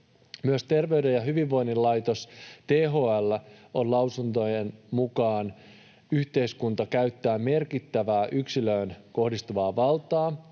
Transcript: Myös Terveyden ja hyvinvoinnin laitoksen, THL:n, lausuntojen mukaan yhteiskunta käyttää merkittävää yksilöön kohdistuvaa valtaa